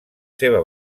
seva